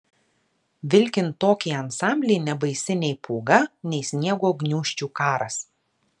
vilkint tokį ansamblį nebaisi nei pūga nei sniego gniūžčių karas